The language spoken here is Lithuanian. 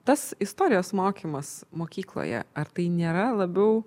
tas istorijos mokymas mokykloje ar tai nėra labiau